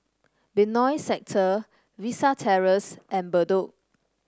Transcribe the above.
Benoi Sector Vista Terrace and Bedok